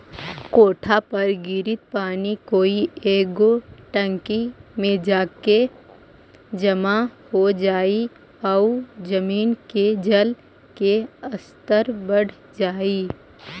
कोठा पर गिरित पानी कोई एगो टंकी में जाके जमा हो जाई आउ जमीन के जल के स्तर बढ़ जाई